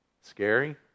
Scary